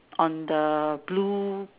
on the blue